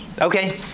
okay